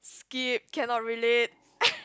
skip cannot relate